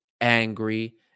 angry